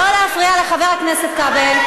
לא להפריע לחבר הכנסת כבל.